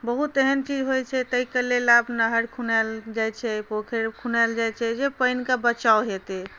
बहत एहन चीज होइ छै ताहिके लेल आब नहर खुनायल जाइ छै पोखरि खुनायल जाइ छै जे पानिके बचाव हेतै